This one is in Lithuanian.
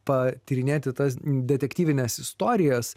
patyrinėti tas detektyvines istorijas